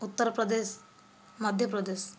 Uttar Pradesh Madhya Pradesh